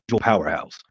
powerhouse